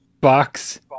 box